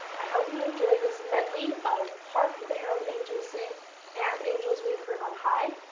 i hope you enjoy this medley of hark the herald angels sing and angels we have heard on high,